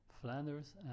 Flanders